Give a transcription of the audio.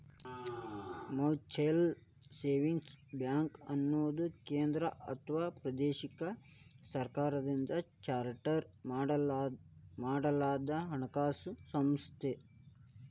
mutual savings ಬ್ಯಾಂಕ್ಅನ್ನುದು ಕೇಂದ್ರ ಅಥವಾ ಪ್ರಾದೇಶಿಕ ಸರ್ಕಾರದಿಂದ ಚಾರ್ಟರ್ ಮಾಡಲಾದಹಣಕಾಸು ಸಂಸ್ಥೆ